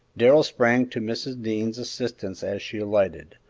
darrell sprang to mrs. dean's assistance as she alighted,